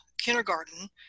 kindergarten